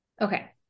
okay